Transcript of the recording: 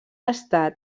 estat